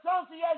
associate